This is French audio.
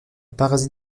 parasite